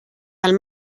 del